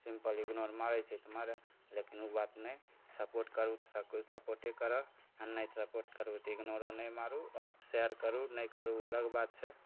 पर ignore मारै छै तऽ मारै लेकिन ओ बात नहि सपोर्ट करू तऽ सभकोइ सपोर्टे करत आओर नहि सपोर्ट करू तऽ इगनोरो नहि मारू आओर शेअर करू नहि करू ओ अलग बात छै